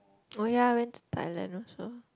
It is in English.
oh ya I went to Thailand also